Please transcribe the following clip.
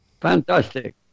fantastic